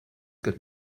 got